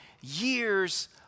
years